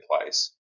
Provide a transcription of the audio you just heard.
place